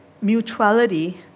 mutuality